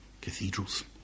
cathedrals